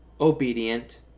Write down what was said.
obedient